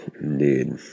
Indeed